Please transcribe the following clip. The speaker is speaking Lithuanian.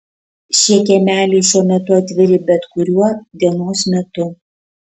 šie kiemeliai šiuo metu atviri bet kuriuo dienos metu